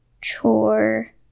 chore